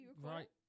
Right